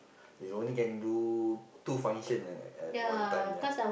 it only can do two function at at one time ya